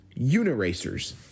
Uniracers